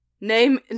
name